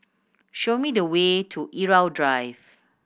show me the way to Irau Drive